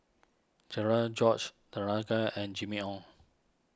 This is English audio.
Cherian George Danaraj and Jimmy Ong